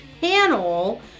panel